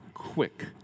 Quick